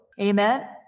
Amen